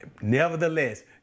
Nevertheless